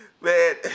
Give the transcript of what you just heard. man